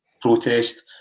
protest